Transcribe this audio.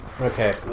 Okay